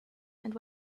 and